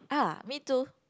ah me too